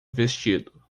vestido